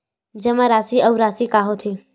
जमा राशि अउ राशि का होथे?